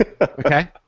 okay